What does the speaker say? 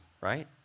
right